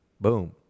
Boom